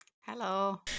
Hello